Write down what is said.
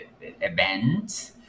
events